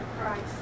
Christ